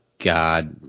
God